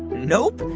nope.